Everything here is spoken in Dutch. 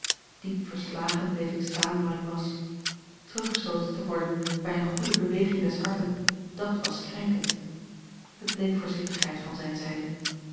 diep verslagen bleef ik staan waar ik was teruggestooten te worden bij eene goede beweging des harten dàt was krenkend het bleek voorzichtigheid van zijne zijde